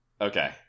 Okay